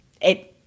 it-